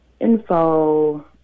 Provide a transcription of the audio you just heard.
info